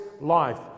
life